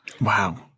wow